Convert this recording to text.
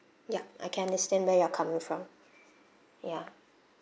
ya I can understand where you're coming from ya